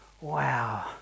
wow